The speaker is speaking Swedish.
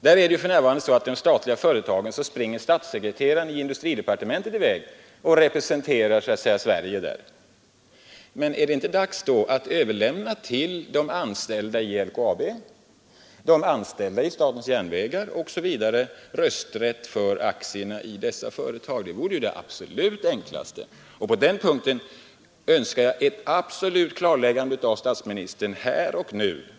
För närvarande är det ju statssekreteraren i industridepartementet som springer i väg och så att säga representerar Sverige på bolagsstämmorna. Är det inte dags att be de anställda i LKAB, de anställda i statens järnvägar osv. överlämna rösträtten för aktierna i dessa företag? Det vore ju det absolut enklaste, och på den punkten önskar jag ett klarläggande av statsministern här och nu.